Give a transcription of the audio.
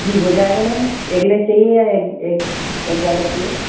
जी हो जाएगा ma'am eggless चाहिए या एग वाला चाहिए